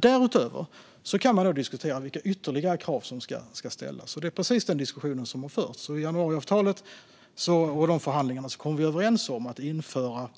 Därutöver kan man diskutera vilka ytterligare krav som ska ställas. Det är precis den diskussionen som har förts. I förhandlingarna om januariavtalet kom vi överens om att införa